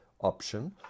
option